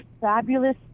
fabulous